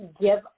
give